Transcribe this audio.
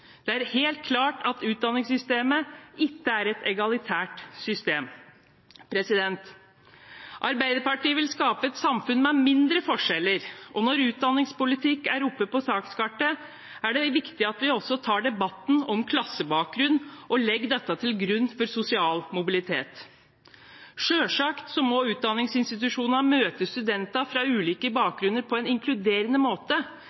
Det er helt klart at utdanningssystemet ikke er et egalitært system.» Arbeiderpartiet vil skape et samfunn med mindre forskjeller. Når utdanningspolitikk er oppe på sakskartet, er det viktig at vi også tar debatten om klassebakgrunn og legger til rette for sosial mobilitet. Selvsagt må utdanningsinstitusjonene møte studentene fra ulike bakgrunner på en inkluderende måte,